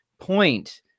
point